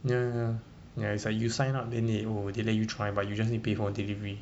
ya ya ya ya it's like you sign up then they oh they let you try but you just need pay for delivery